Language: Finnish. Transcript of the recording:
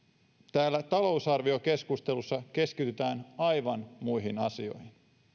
täällä talousarviokeskustelussa keskitytään aivan muihin asioihin